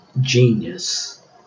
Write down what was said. genius